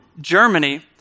Germany